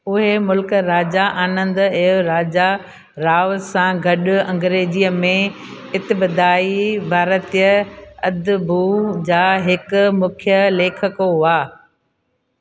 उहे मुल्क राजा आनंद ऐं राजा राव सां गॾु अंग्रेज़ीअ में इबत्दाई भारतीय अदब जा हिकु मुख्य लेखकु हुआ